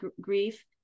grief